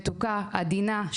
מתוקה ועדינה,